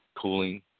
cooling